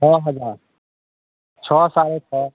छओ हजार छओ साढ़े छओ